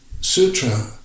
Sutra